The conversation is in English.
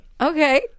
Okay